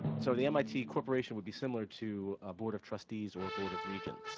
so the mit corporation would be similar to a board of trustees, or a board of regents.